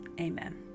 Amen